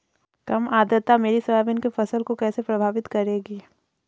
कम आर्द्रता मेरी सोयाबीन की फसल को कैसे प्रभावित करेगी?